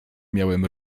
miałem